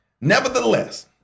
Nevertheless